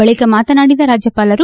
ಬಳಿಕ ಮಾತನಾಡಿದ ರಾಜ್ಯಪಾಲರು